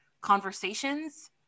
conversations